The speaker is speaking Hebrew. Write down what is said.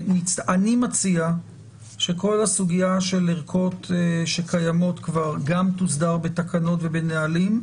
אני מציע שכל הסוגיה של ערכות שקיימות כבר גם תוסדר בתקנות ובנהלים.